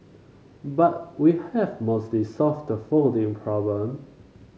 but we have mostly solved the folding problem